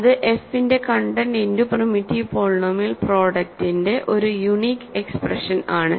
ഇത് f ന്റെ content into primitive polynomial പ്രോഡക്ടിന്റെ ഒരു യൂണീക് എക്സ്പ്രഷൻ ആണ്